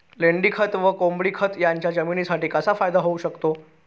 लेंडीखत व कोंबडीखत याचा जमिनीसाठी कसा फायदा होऊ शकतो?